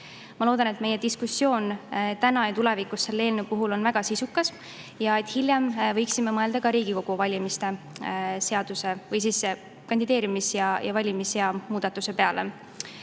Ma loodan, et meie diskussioon täna ja tulevikus selle eelnõu puhul on väga sisukas ja et hiljem võiksime mõelda ka Riigikogu valimistel kandideerimis- ja valimisea muutmise peale.